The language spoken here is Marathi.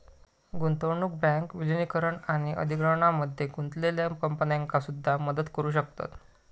गुंतवणूक बँक विलीनीकरण आणि अधिग्रहणामध्ये गुंतलेल्या कंपन्यांका सुद्धा मदत करू शकतत